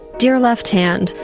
dear left hand,